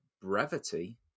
brevity